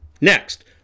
next